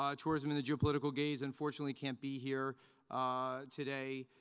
um tourism in the geopolitical gaze, unfortunately can't be here today,